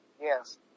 Yes